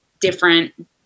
different